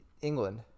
england